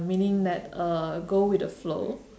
meaning that uh go with the flow